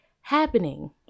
happening